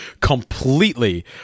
completely